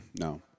No